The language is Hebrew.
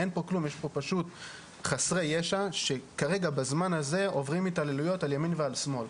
יש פה פשוט חסרי ישע שכרגע בזמן הזה עוברים התעללויות על ימין ועל שמאל,